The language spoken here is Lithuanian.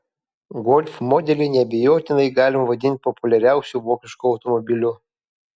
golf modelį neabejotinai galima vadinti populiariausiu vokišku automobiliu